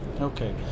Okay